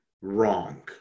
wrong